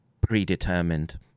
predetermined